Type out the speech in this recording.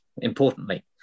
importantly